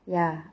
ya